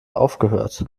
aufgehört